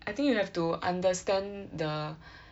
I think you have to understand the